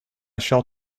shall